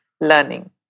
learning